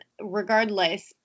regardless